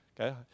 Okay